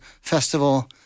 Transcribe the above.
festival